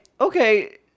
okay